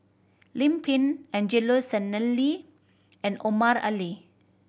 Lim Pin Angelo Sanelli and Omar Ali